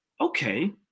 okay